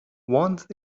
once